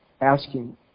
asking